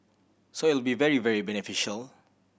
so it will be very very beneficial